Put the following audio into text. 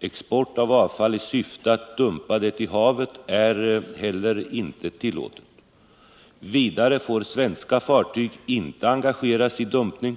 Export av avfall i syfte att dumpa det i havet är heller inte tillåten. Vidare får svenska fartyg inte engageras i dumpning.